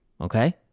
Okay